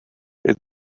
this